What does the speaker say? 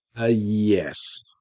Yes